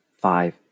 five